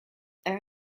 air